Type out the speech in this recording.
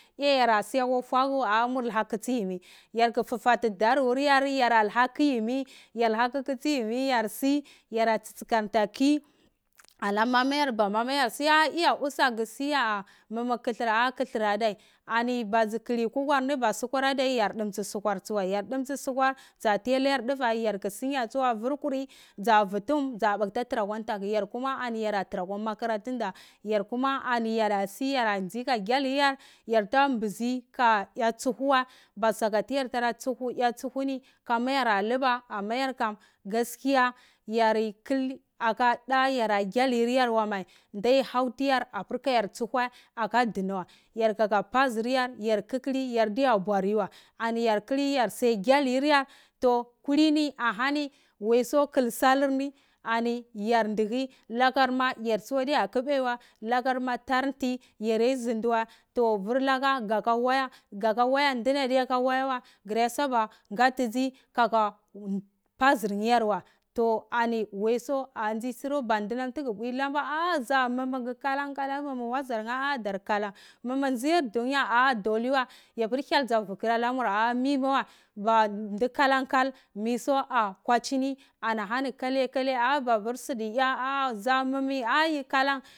Toh iya yare asiyan akwa fwaku mar luha kitsi yimi yar luka kitsi yimi yarka fa fa tu doro yore tora luha ki yimi yar lu luha kitkitsu yimi yar katsi yara tsatsoranta ki alamoma yar mamam ayor si ah iya gu sivi ya mumu kulor ah kulor adai ba dzu kuli nuwahr ni ma sukwar ahdi yor dumtsi yar dumtsi sukwar tsuwai yor dumtsi suhwar dza tiydayar duvai yarku sinya tsuwai vur kur tsuwai dza vu tuhum kayar tra kwa tonku yar kuma kayar tarakwa motaranta tunda yarkuma yara si katara kwa gnalir yar yorta mbizi ka yo tsuho wai soka tayar ya tsoho ni tuyara lula ama yorkam gaskiya yori kli aka dva yorei gia liryar mai ndai hav tiyar apur kayar tsohai aka duna wai yorka ta padziryar yar kihili yardiya bwari wai ani yoi kulir yar ani soi gyalir yor toh kolini chani woise koli solva ni ani yar ndiwi takumar mo yar tsuwa kubai iwai lakutomarma tar nti yarta jundi wan vur laka gaka waya nduni adiyaka waye wai guraisaga ngatizi kaka pazur niyarwa ani wamo da nzi tsurop ani mondo tugo pwi ah za gu kalan kolan mamo pazor nheh ah dar kolan mimi ndzir dunya ah yapor hyel dzo vukor alamvri ani ndu kalon so mi so hwacihi anheni kwailo kwailo ba vur sadi ya jamimi a giholan